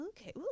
okay